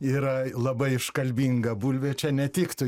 yra labai iškalbinga bulvė čia netiktų